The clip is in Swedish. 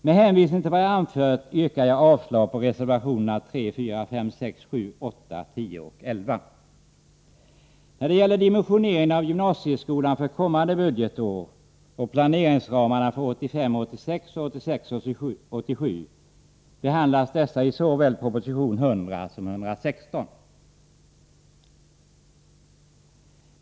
Med hänvisning till vad jag anfört yrkar jag avslag på reservationerna 3, 4, 5, 6, 7, 8, 10 och 11. Dimensioneringen av gymnasieskolan för kommande budgetår och planeringsramarna för 1985 87 behandlas i såväl proposition 100 som proposition 116.